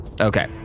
okay